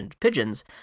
pigeons